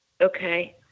Okay